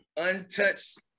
untouched